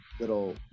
little